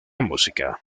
música